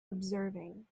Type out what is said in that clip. observing